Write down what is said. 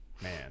Man